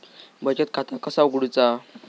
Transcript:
बचत खाता कसा उघडूचा?